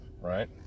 right